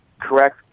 correct